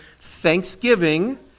thanksgiving